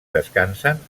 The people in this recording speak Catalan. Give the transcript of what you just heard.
descansen